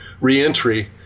re-entry